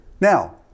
now